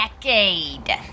decade